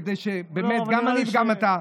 כדי שבאמת גם אני וגם אתה,